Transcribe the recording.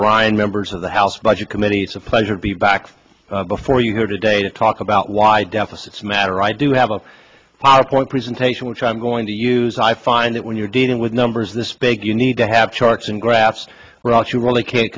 ryan members of the house budget committee it's a pleasure to be back before you here today to talk about why deficits matter i do have a power point presentation which i'm going to use i find that when you're dealing with numbers this big you need to have charts and graphs ross you really can't